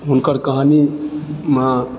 हुनकर कहानीमे